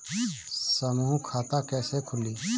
समूह खाता कैसे खुली?